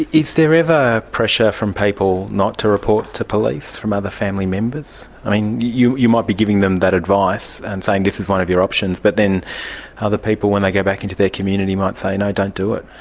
is there ever pressure from people not to report to police from other family members? i mean, you you might be giving them that advice and saying this is one of your options, but then other people when they go back into their community might say, and no, don't do it.